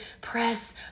press